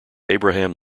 abraham